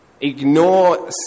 ignore